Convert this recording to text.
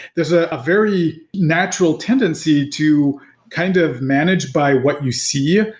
there's a ah very natural tendency to kind of manage by what you see. ah